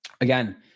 again